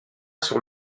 sur